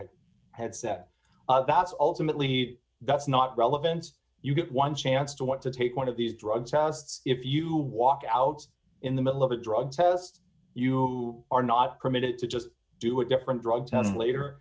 heard had set that's ultimately that's not relevant you get one chance to want to take one of these drugs has if you walk out in the middle of a drug test you are not permitted to just do it different drugs and later